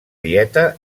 dieta